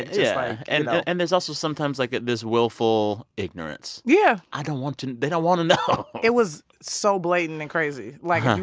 yeah. and and and there's also sometimes, like, this willful ignorance yeah i don't want to they don't want to know it was so blatant and crazy. like,